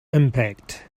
impact